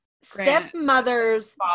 stepmother's